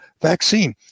vaccine